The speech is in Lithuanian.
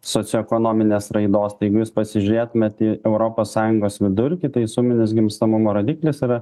socioekonominės raidos jeigu jūs pasižiūrėtumėt į europos sąjungos vidurkį tai suminis gimstamumo rodiklis yra